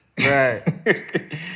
Right